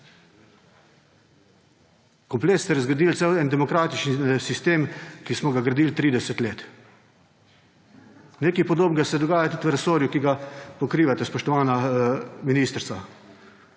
Kompletno ste razgradili cel demokratični sistem, ki smo ga gradili 30 let. Nekaj podobnega se dogaja tudi v resorju, ki ga pokrivate, spoštovana ministrica,